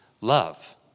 love